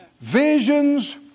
Visions